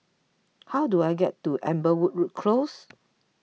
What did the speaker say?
how do I get to Amberwood Close